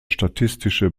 statistische